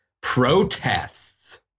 protests